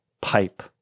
pipe